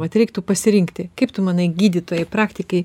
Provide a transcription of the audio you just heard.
vat reiktų pasirinkti kaip tu manai gydytojai praktikai